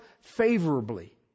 favorably